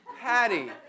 Patty